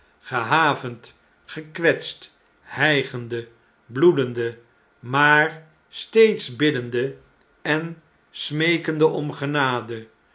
gehavend gekwetst hijgende bloedende maar steeds biddende en smeekende om genade